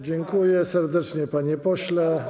Dziękuję serdecznie, panie pośle.